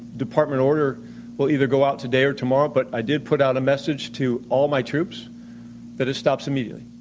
department order will either go out today or tomorrow, but i did put out a message to all my troops that it stops immediately.